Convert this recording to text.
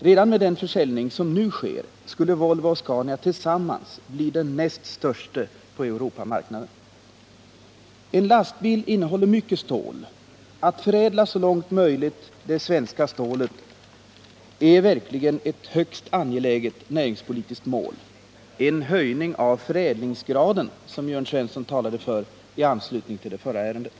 Redan med nuvarande försäljning skulle Volvo och Saab-Scania tillsammans bli den näst störste på Europamarknaden. En lastbil innehåller mycket stål. Att förädla det svenska stålet så långt som det är möjligt är verkligen ett högst angeläget näringspolitiskt mål. Det är en höjning av förädlingsgraden, som Jörn Svensson talade för i anslutning till det föregående ärendet.